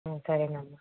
సరేనమ్మా